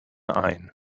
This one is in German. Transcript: ein